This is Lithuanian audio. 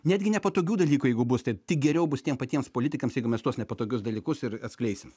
netgi nepatogių dalykų jeigu bus tai tik geriau bus tiem patiems politikams jeigu mes tuos nepatogius dalykus ir atskleisim